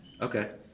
Okay